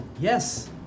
Yes